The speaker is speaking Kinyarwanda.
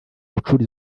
gucura